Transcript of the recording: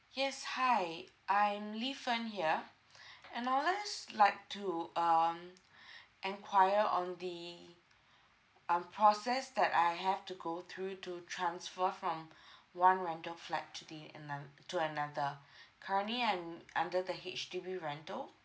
yes hi I'm li fen here and I would just like to um enquire on the um process that I have to go through to transfer from one rental flat to the anon~ to another currently I'm under the H_D_B rental